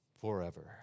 forever